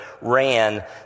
ran